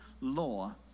law